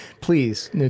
please